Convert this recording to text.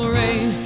rain